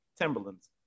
Timberlands